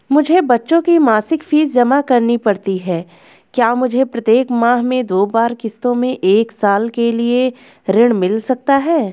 मुझे बच्चों की मासिक फीस जमा करनी पड़ती है क्या मुझे प्रत्येक माह में दो बार किश्तों में एक साल के लिए ऋण मिल सकता है?